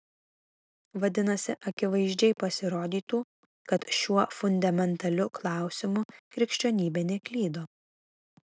vadinasi akivaizdžiai pasirodytų kad šiuo fundamentaliu klausimu krikščionybė neklydo